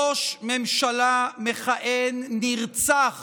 ראש ממשלה מכהן נרצח